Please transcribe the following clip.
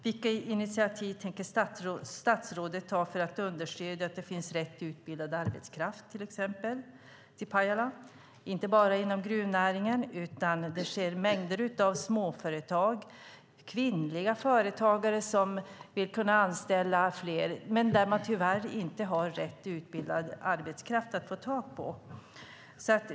Vilka initiativ tänker statsrådet ta för att understödja att det finns rätt utbildad arbetskraft i Pajala, inte bara inom gruvnäringen? Det finns också mängder med småföretag. Det finns också kvinnliga företagare som vill anställa fler men som tyvärr inte kan få tag på rätt utbildad arbetskraft.